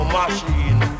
machine